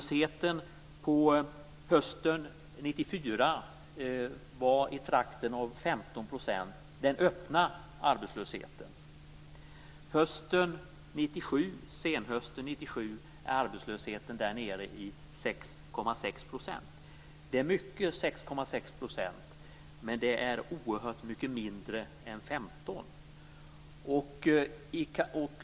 Senhösten 1997 är arbetslösheten 6,6 %. Det är mycket, men det är oerhört mycket mindre än 15 %.